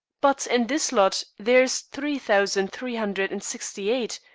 but in this lot there is three thousand three hundred and sixty eight